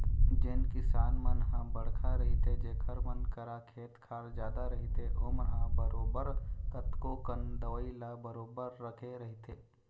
जेन किसान मन ह बड़का रहिथे जेखर मन करा खेत खार जादा रहिथे ओमन ह बरोबर कतको कन दवई ल बरोबर रखे रहिथे